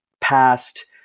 past